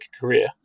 career